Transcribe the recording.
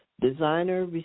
designer